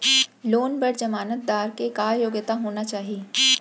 Loan बर जमानतदार के का योग्यता होना चाही?